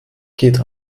geht